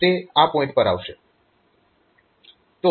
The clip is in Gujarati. તે આ પોઇન્ટ પર આવશે